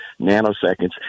nanoseconds